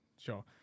sure